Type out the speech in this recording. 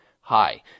Hi